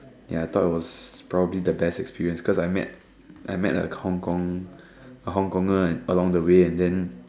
ya thought it was probably the best experience cause I met I met a Hongkong a Hong Kong and along the way and then